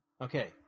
Okay